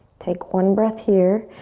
take one breath here.